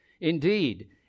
Indeed